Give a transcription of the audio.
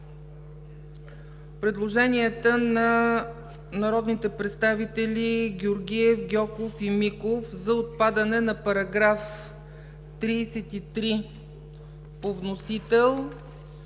предложенията на народните представители Георгиев, Гьоков и Миков за отпадане на § 33 по вносител